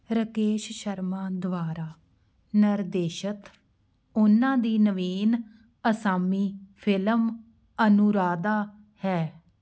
ਰਾਕੇਸ਼ ਸ਼ਰਮਾ ਦੁਆਰਾ ਨਿਰਦੇਸ਼ਿਤ ਉਨ੍ਹਾਂ ਦੀ ਨਵੀਨ ਅਸਾਮੀ ਫਿਲਮ ਅਨੁਰਾਧਾ ਹੈ